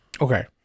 Okay